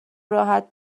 راحت